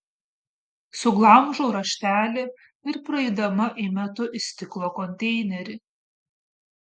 suglamžau raštelį ir praeidama įmetu į stiklo konteinerį